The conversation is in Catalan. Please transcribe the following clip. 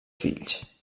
fills